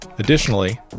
Additionally